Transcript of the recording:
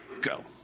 go